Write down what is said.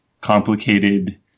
complicated